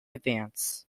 advance